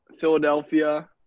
Philadelphia